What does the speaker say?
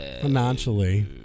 Financially